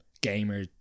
gamer